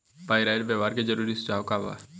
Pyrite व्यवहार के जरूरी सुझाव का वा?